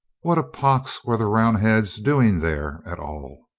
what a pox were the roundheads doing there at all?